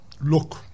look